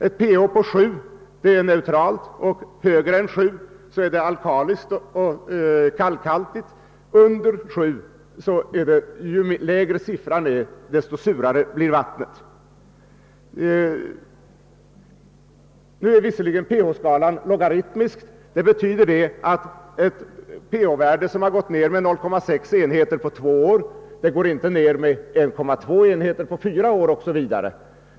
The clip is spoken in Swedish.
Ett pH-värde på 7 är neutralt, högre än 7 är det alkaliskt, ofta kalkhbaltigt, under 7 surt, och ju lägre siffran blir desto surare blir vattnet. pH-skalan är visserligen logaritmisk, vilket innebär att ett pH värde som har gått ner med 0,6 enheter på två år inte går ner med 1,2 enheter på fyra år o.s.v.